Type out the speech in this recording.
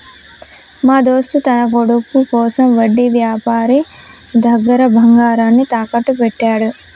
మా దోస్త్ తన కొడుకు కోసం వడ్డీ వ్యాపారి దగ్గర బంగారాన్ని తాకట్టు పెట్టాడు